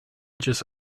just